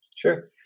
Sure